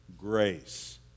grace